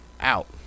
out